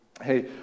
Hey